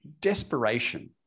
desperation